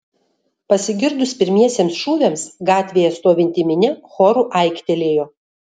pasigirdus pirmiesiems šūviams gatvėje stovinti minia choru aiktelėjo